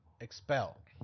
expel